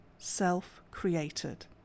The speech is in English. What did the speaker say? self-created